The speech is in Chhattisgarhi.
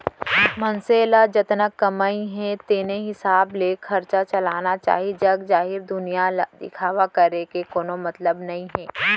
मनसे ल जतना कमई हे तेने हिसाब ले खरचा चलाना चाहीए जग जाहिर दुनिया ल दिखावा करे के कोनो मतलब नइ हे